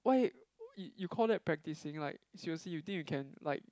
why you you call that practising like seriously you think you can like